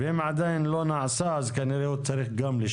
ואם עדיין זה לא נעשה, כנראה שהוא גם צריך לשלם.